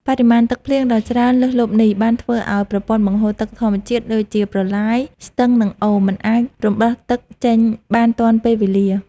បរិមាណទឹកភ្លៀងដ៏ច្រើនលើសលប់នេះ បានធ្វើឱ្យប្រព័ន្ធបង្ហូរទឹកធម្មជាតិ ដូចជាប្រឡាយ ស្ទឹង និងអូរ មិនអាចរំដោះទឹកចេញបានទាន់ពេលវេលា។